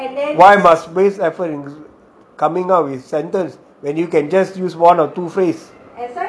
why must waste effort in coming up with sentence when you can just use one or two phrase